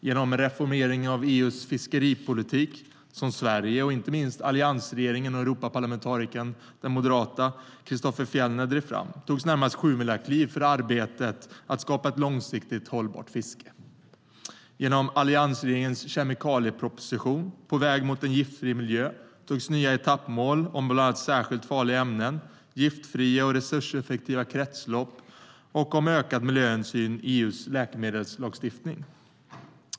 Genom reformeringen av EU:s fiskeripolitik, som Sverige och inte minst alliansregeringen och den moderata Europaparlamentarikern Christofer Fjellner drev fram, togs närmast sjumilakliv för arbetet med att skapa ett långsiktigt hållbart fiske. Genom alliansregeringens kemikalieproposition På väg mot en giftfri miljö togs nya etappmål om bland annat särskilt farliga ämnen, giftfria och resurseffektiva kretslopp och om ökad miljöhänsyn i EU:s läkemedelslagstiftning.